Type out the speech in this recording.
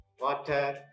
water